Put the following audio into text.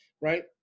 Right